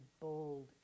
bold